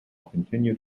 continued